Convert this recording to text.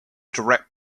direct